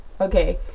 okay